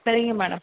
சரிங்க மேடம்